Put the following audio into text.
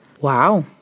wow